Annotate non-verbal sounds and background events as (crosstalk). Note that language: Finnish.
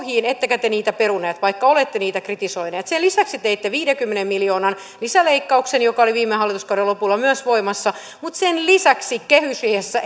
pohjiin ettekä te niitä peruneet vaikka olette niitä kritisoineet sen lisäksi teitte viidenkymmenen miljoonan lisäleikkauksen joka oli viime hallituskauden lopulla myös voimassa mutta sen lisäksi kehysriihessä (unintelligible)